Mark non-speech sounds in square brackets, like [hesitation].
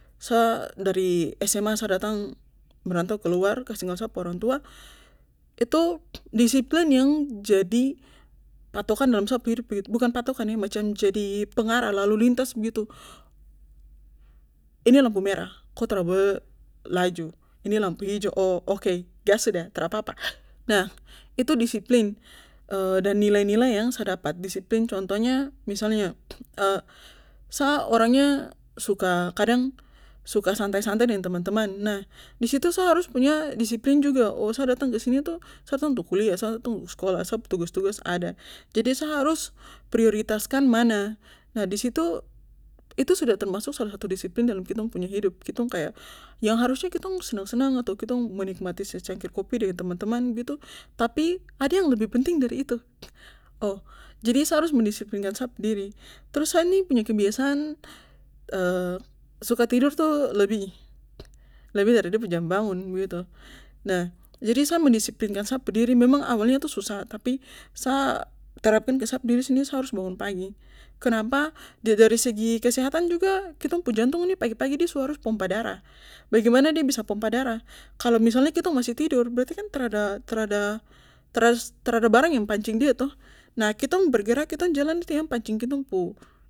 Sa dari SMA sa datang merantau keluar kastinggal sa pu orang tua itu disiplin yang jadi patokan dalam sa pu hidup begitu bukan patokan [hesitation] macam jadi pengarah lalu lintas begitu ini lampu merah ko tra boleh laju ini lampu hijau oh oke gas sudah trapapa nah itu disiplin [hesitation] dan nilai nilai yang sa dapat disiplin contohnya misalnya [hesitation] sa orangnya suka kadang suka santai santai deng teman teman nah disitu sa harus punya disiplin juga oh sa datang kesini tuh sa datang untuk kuliah sa datang untuk skolah sa pu tugas tugas ada jadi sa harus prioritaskan mana nah disitu itu sudah termasuk salah satu disiplin dalam kitong pu hidup kitong kaya yang harusnya kitong senang senang atau kitong menikmati secangkir kopi deng teman teman begitu tapi ada yang lebih penting dari itu [noise] oh jadi sa harus mendisiplinkan sa pu diri trus sa ini punya kebiasaan [hesitation] suka tidur tuh lebih, lebih dari de pu jam bangun begitu nah jadi sa mendisiplinkan sa pu diri memang awalnya itu susah tapi sa terapkan ke sapu diri sendiri sa harus bangun pagi kenapa dari segi kesehatan juga kitong pu jantung ini pagi pagi de su harus pompa darah bagaimana de bisa pompa darah kalo misalnya kitong masih tidur berartikan trada trada trada barang yang pancing dia toh nah kitong bergerak kitong jalan tuh yang pancing kitong pu